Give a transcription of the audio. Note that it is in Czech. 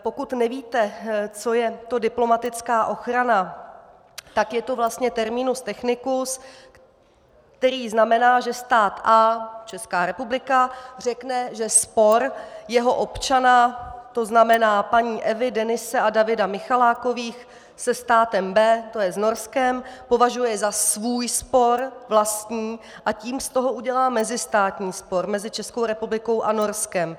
Pokud nevíte, co je to diplomatická ochrana, tak je to terminus technicus, který znamená, že stát A Česká republika řekne, že spor jeho občana, to znamená paní Evy, Denise a Davida Michalákových, se státem B, to je s Norskem, považuje za svůj spor, vlastní, a tím z toho udělá mezistátní spor mezi Českou republikou a Norskem.